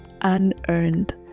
unearned